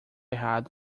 errado